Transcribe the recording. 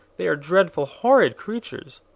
they are dreadful, horrid creatures.